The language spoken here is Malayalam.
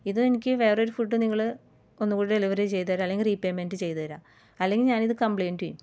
ഇത് എനിക്ക് വേറൊരു ഫുഡ് നിങ്ങള് ഒന്ന് കൂടെ ഡെലിവറി ചെയ്ത് തരിക അല്ലങ്കിൽ റീ പേയ്മെന്റ് ചെയ്ത് തരിക അല്ലെങ്കിൽ ഞാനിത് കംപ്ലൈയ്ന്റ് ചെയ്യും